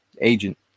Agent